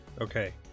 Okay